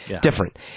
different